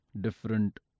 different